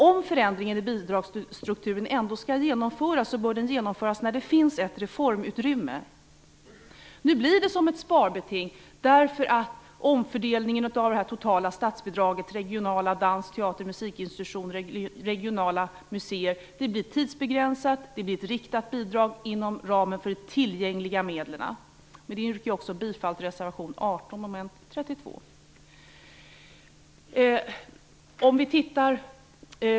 Om förändringar i bidragsstrukturen ändå skall genomföras, bör de genomföras när det finns ett reformutrymme. Nu blir det som ett sparbeting, eftersom omfördelningen av det totala statsbidragets regionala dans-, teater och musikinstitutioner och regionala museer lett till ett tidsbegränsat, riktat bidrag inom ramen för de tillgängliga medlen. Med detta yrkar jag också bifall till reservation 18, mom. 32.